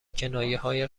کنایههای